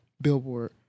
billboard